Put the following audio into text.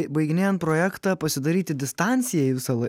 baiginėjant projektą pasidaryti distanciją į visą tai